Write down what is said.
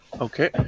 Okay